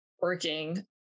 working